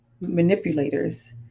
manipulators